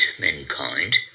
mankind